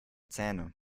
zähne